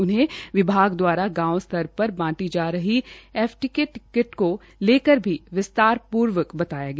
उन्हें विभाग द्वारा गांव स्तर पर बांटी जा रही एफटीके को लेकर भी विस्तार पूर्वक बताया गया